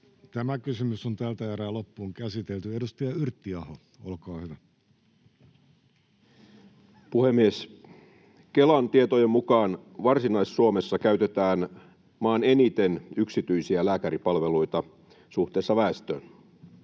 Opiskelijat takaisin kommuuneihin!] Edustaja Yrttiaho, olkaa hyvä. Puhemies! Kelan tietojen mukaan Varsinais-Suomessa käytetään maan eniten yksityisiä lääkäripalveluita suhteessa väestöön.